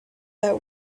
that